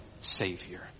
Savior